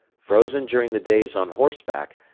frozen during the days on horseback,